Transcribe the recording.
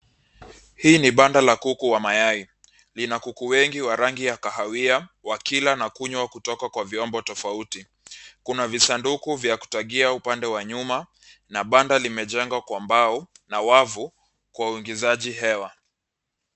Hii ni banda la kuku wa mayai. Lina kuku wengi wa rangi ya kahawia wakila na kunywa kutoka kwa vyombo tofauti. Kuna visanduku vya kutagia upande wa nyuma na banda limejengwa kwa mbao na wavu kwa uingizaji hewa.